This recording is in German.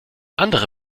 andere